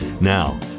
Now